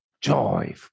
joy